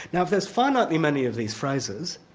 now there's finitely many of these phrases,